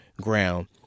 ground